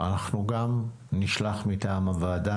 אנחנו גם נשלח מטעם הוועדה,